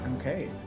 Okay